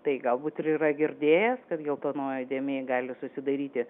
tai galbūt ir yra girdėję kad geltonoji dėmė gali susidaryti